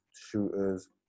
shooters